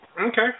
Okay